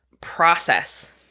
process